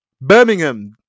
Birmingham